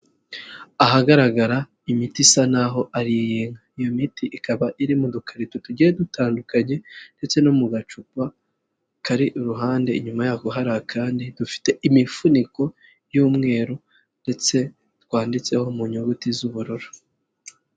Ahagaragara imiti isa naho ari iy'inka, iyo miti ikaba iri mu dukarito tugiye dutandukanye ndetse no mu gacupa kari iruhande inyuma yako hari akandi, dufite imifuniko y'umweru ndetse twanditseho mu nyuguti z'ubururu.